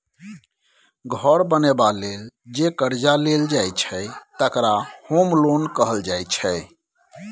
घर बनेबा लेल जे करजा लेल जाइ छै तकरा होम लोन कहल जाइ छै